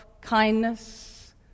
kindness